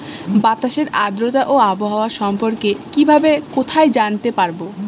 বাতাসের আর্দ্রতা ও আবহাওয়া সম্পর্কে কিভাবে কোথায় জানতে পারবো?